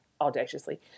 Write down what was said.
audaciously